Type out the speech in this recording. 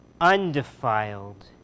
undefiled